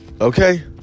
Okay